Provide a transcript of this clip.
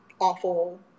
awful